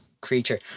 creature